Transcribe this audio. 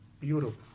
Europe